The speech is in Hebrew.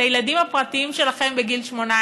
את הילדים הפרטיים שלכם בגיל 18: